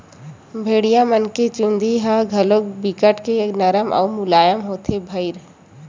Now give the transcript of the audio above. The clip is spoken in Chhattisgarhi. भेड़िया मन के चूदी ह घलोक बिकट के नरम अउ मुलायम होथे भईर